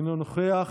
אינו נוכח,